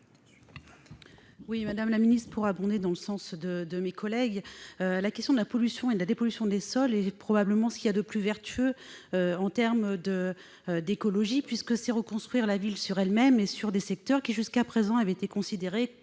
explication de vote. Pour abonder dans le sens de mes collègues, je dirai que la question de la pollution et de la dépollution des sols est probablement ce qu'il y a de plus vertueux en termes d'écologie, puisqu'il s'agit de reconstruire la ville sur elle-même et sur des secteurs qui, jusqu'à présent, avaient été déconsidérés,